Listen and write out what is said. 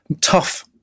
tough